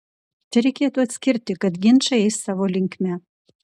čia reikėtų atskirti kad ginčai eis savo linkme